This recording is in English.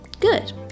Good